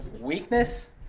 weakness